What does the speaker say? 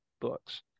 books